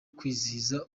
kwizihiza